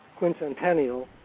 quincentennial